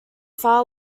far